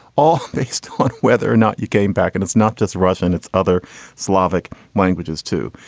all based on whether or not you came back. and it's not just russian, it's other slavic languages, too.